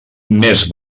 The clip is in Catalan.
més